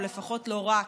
או לפחות לא היה רק,